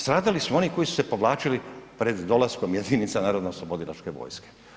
Stradali su oni koji su se povlačili pred dolaskom jedinica narodnooslobodilačke vojske.